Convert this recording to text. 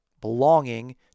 belonging